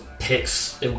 picks